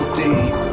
deep